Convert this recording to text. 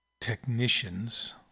technicians